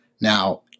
Now